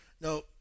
No